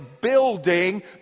building